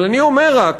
אבל אני אומר רק: